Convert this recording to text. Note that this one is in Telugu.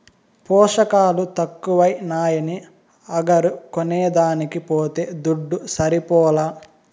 పోసకాలు తక్కువైనాయని అగరు కొనేదానికి పోతే దుడ్డు సరిపోలా